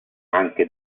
anche